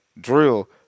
drill